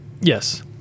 Yes